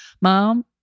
Mom